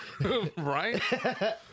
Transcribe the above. Right